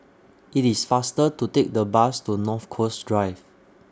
IT IS faster to Take The Bus to North Coast Drive